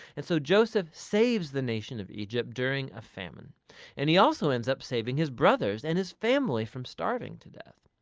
and so joseph saves the nation of egypt during a famine and he also ends up saving his brothers and his family from starving to death.